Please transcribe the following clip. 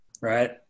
Right